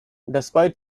despite